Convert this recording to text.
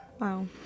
Wow